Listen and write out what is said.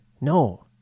No